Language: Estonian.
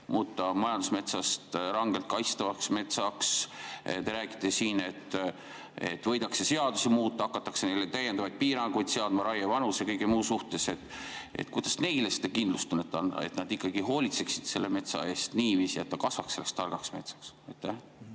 näiteks majandusmetsast rangelt kaitstavaks metsaks, te räägite siin, et võidakse seadusi muuta, hakatakse neile täiendavaid piiranguid seadma, raievanuse ja kõige muu suhtes. Kuidas neile seda kindlustunnet anda, et nad ikkagi hoolitseksid selle metsa eest niiviisi, et see kasvaks targaks metsaks?